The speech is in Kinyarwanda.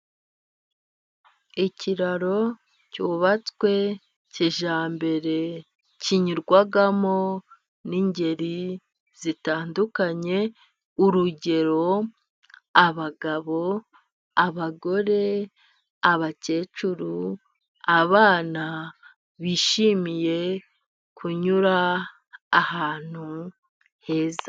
Ikiraro cyubatswe kijyambere kinyurwamo n'ingeri zitandukanye, urugero: abagabo, abagore, abakecuru, abana, bishimiye kunyura ahantu heza.